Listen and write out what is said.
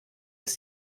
ist